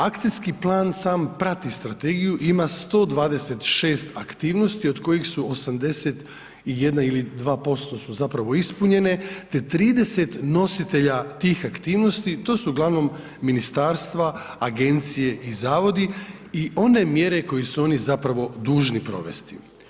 Akcijski plan sam prati strategiju i ima 126 aktivnosti od kojih su 81 ili 2% su zapravo ispunjene, te 30 nositelja tih aktivnosti, to su uglavnom ministarstva, agencije i zavodi i one mjere koje su oni zapravo dužni provesti.